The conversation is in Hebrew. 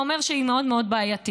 זה אומר שהיא מאוד מאוד בעייתית.